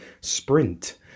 sprint